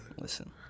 Listen